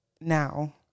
now